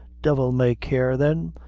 divil may care then,